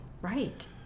Right